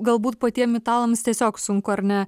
galbūt patiem italams tiesiog sunku ar ne